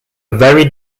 very